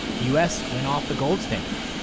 the u s. went off the gold standard.